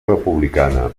republicana